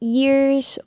years